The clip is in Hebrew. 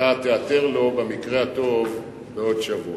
אתה תיעתר לו במקרה הטוב בעוד שבוע.